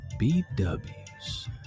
BW's